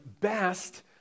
best